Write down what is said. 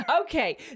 Okay